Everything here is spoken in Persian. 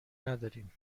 نداریم